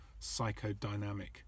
psychodynamic